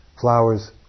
Flowers